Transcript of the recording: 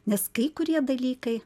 nes kai kurie dalykai